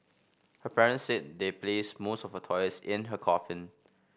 her parents said they placed most of her toys in her coffin